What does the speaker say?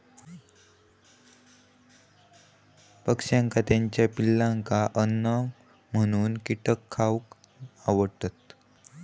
पक्ष्यांका त्याच्या पिलांका अन्न म्हणून कीटक खावक आवडतत